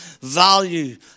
value